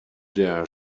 der